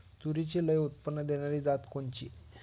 तूरीची लई उत्पन्न देणारी जात कोनची?